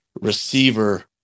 receiver